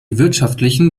wirtschaftlichen